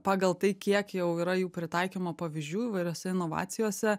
pagal tai kiek jau yra jų pritaikymo pavyzdžių įvairiose inovacijose